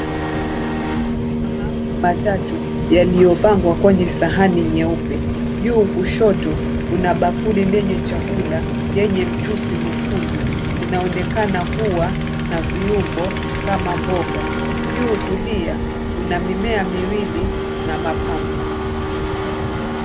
Mahamri matatu yaliyopangwa kwenye sahani nyeupe. Juu kushoto kuna bakuli lenye chakula yenye mchuzi mwekundu. Kinaonekana kuwa na viungo kama mboga. Juu kulia kuna mimea miwili na mapambo.